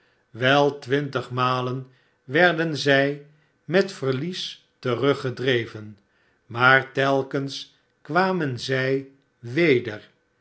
wei twintig malen werden zij met verlies teruggedreven maar telkens kwamen zij weder